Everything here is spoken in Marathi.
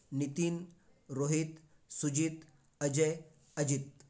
नितीन रोहित सुजित अजय अजित